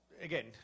again